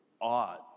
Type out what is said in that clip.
odd